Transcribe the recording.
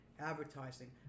advertising